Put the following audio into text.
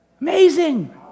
amazing